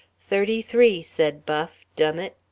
thirty-three, said buff, dum it.